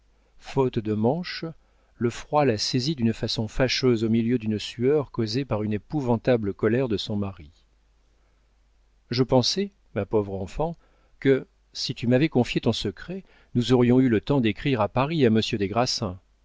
faute de manches le froid la saisit d'une façon fâcheuse au milieu d'une sueur causée par une épouvantable colère de son mari je pensais ma pauvre enfant que si tu m'avais confié ton secret nous aurions eu le temps d'écrire à paris à monsieur des grassins